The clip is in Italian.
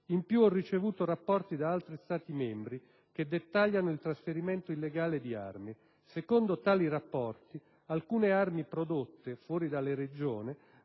In più ho ricevuto rapporti da altri Stati membri che dettagliano il trasferimento illegale di armi. Secondo tali rapporti, alcune armi prodotte fuori dalla regione